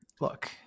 Look